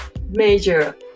major